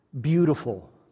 beautiful